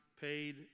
paid